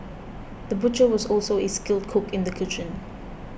the butcher was also a skilled cook in the kitchen